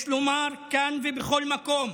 יש לומר, כאן ובכל מקום,